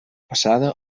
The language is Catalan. passada